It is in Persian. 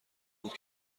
بود